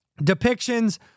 Depictions